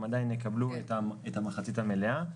הם עדיין יקבלו את המחצית המלאה.